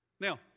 Now